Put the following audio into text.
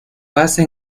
basa